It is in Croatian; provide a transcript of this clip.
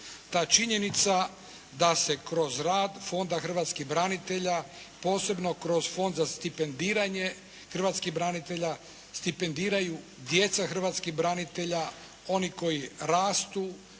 Ta činjenica da se kroz rad Fonda hrvatskih branitelja, posebno kroz Fond za stipendiranje hrvatskih branitelja, stipendiraju djeca hrvatskih branitelja, onih koji rastu,